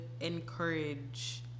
encourage